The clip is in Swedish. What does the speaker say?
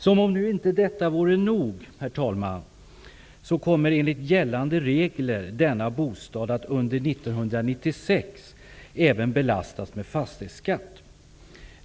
Som om detta inte vore nog, herr talman, kommer enligt gällande regler denna bostad att under 1996 även belastas med fastighetsskatt.